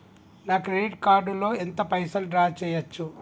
నా credit card లో ఎంత పైసల్ డ్రా చేయచ్చు?